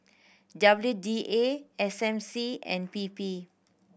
W D A S M C and P P